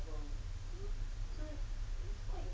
know